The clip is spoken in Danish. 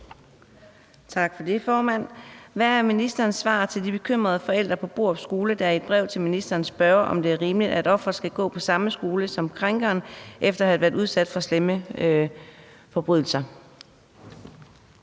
Tak for det, formand. Hvad er ministerens svar til de bekymrede forældre på Borup Skole, der i et brev til ministeren spørger, om det er rimeligt, at offeret skal gå på samme skole som krænkeren efter at have været udsat for slemme forbrydelser?